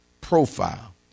profile